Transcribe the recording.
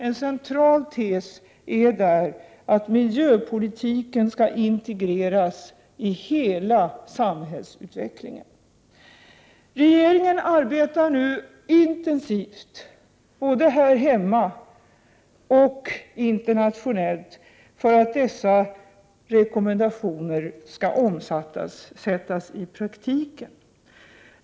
En central tes är där att miljöpolitiken skall integreras i hela samhällsutvecklingen. Regeringen arbetar nu intensivt, både här hemma och internationellt, för att dessa rekommendationer skall omsättas i praktiken.